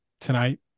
tonight